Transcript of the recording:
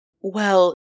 Well-